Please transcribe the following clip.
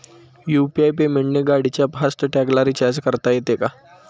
UPI पेमेंटने गाडीच्या fast टॅगला रिर्चाज करता येते का?